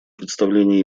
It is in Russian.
представление